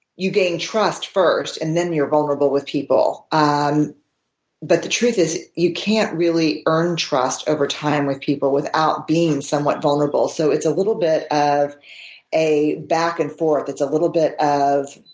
you gain trust first and then you're vulnerable with people. um but the truth is, you can't really earn trust over time with people without being somewhat vulnerable, so it's a little bit of a back and forth. it's a little bit of